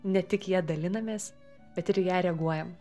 ne tik ja dalinamės bet ir į ją reaguojam